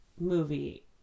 movie